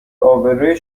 آبروی